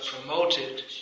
promoted